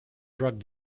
drug